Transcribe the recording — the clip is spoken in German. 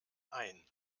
ein